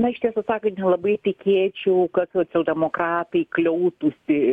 aš tiesą sakant nelabai tikėčiau kad socialdemokratai kliautųsi